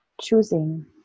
choosing